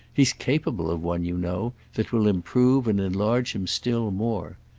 he's capable of one, you know, that will improve and enlarge him still more.